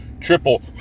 Triple